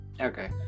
okay